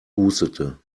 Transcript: hustete